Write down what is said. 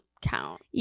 count